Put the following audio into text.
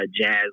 jazz